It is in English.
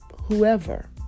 whoever